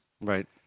right